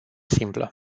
simplă